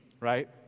right